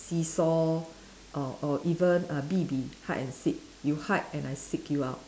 seesaw or or even err B B hide and seek you hide and I seek you out